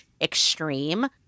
extreme